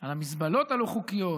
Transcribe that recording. על המזבלות הלא-חוקיות,